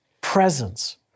presence